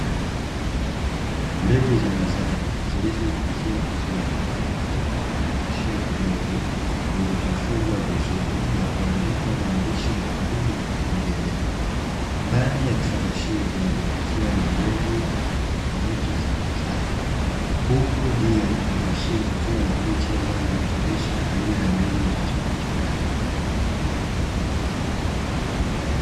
Mbegu za mazao zilizohifadhiwa vizuri katika vifungashio vidogo vilivyofungwa vizuri na kuandikwa maandishi kwa lugha ya kiingereza, ndani ya vifungashio hivyo kukiwa na mbegu tofautitofauti za mazao huku juu ya vifungashio kukiwa na picha inayowakilisha aina ya mbegu zinazopatikana humo.